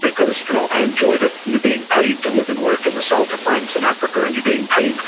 because you know i enjoyed it. you're being paid to live and work in the south of france and africa, and you're being paid